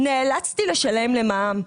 נאלצתי לשלם למע"מ.